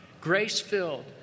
grace-filled